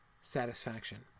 satisfaction